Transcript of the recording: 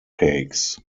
cakes